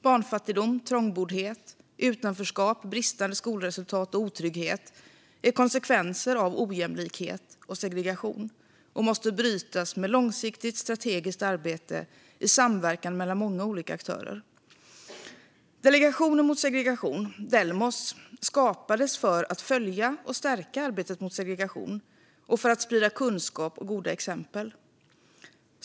Barnfattigdom, trångboddhet, utanförskap, bristande skolresultat och otrygghet är konsekvenser av ojämlikhet och segregation och måste brytas genom långsiktigt och strategiskt arbete i samverkan mellan många olika aktörer. Delegationen mot segregation, Delmos, skapades för att följa och stärka arbetet mot segregation och för att sprida kunskap och goda exempel.